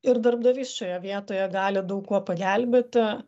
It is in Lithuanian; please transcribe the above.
ir darbdavys šioje vietoje gali daug kuo pagelbėti